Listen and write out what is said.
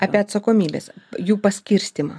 apie atsakomybes jų paskirstymą